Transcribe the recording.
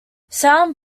sound